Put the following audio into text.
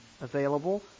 available